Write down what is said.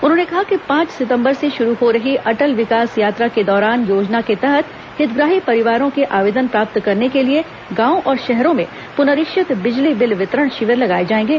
उन्होंने कहा कि पांच सितम्बर से शुरू हो रही अटल विकास यात्रा के दौरान योजना के तहत हितग्राही परिवारों के आवेदन प्राप्त करने के लिए गांवों और शहरों में पुनरीक्षित बिजली बिल वितरण शिविर भी लगाए जाएंगे